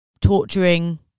torturing